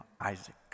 Isaac